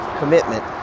commitment